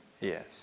Yes